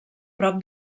prop